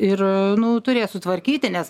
ir nu turės sutvarkyti nes